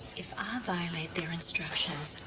if i violate their instructions,